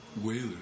whalers